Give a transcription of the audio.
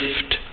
gift